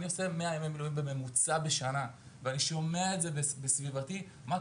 אני עושה 100 ימי מילואים בממוצע בשנה ואני שומע את זה בסביבתי: מה,